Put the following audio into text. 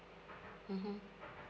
mmhmm